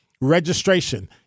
registration